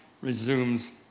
resumes